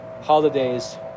holidays